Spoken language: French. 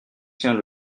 tient